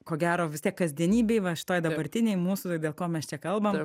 ko gero vis tiek kasdienybėj va šitoj dabartinėj mūsų dėl ko mes čia kalbam